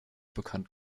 bekannt